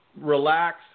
relax